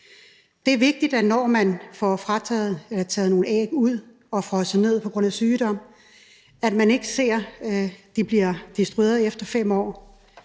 Det er vigtigt, når man får taget nogle æg ud og frosset ned på grund af sygdom, at man ikke oplever, at de bliver destrueret efter 5 år.